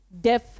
deaf